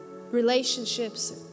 relationships